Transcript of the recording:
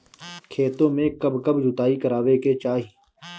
खेतो में कब कब जुताई करावे के चाहि?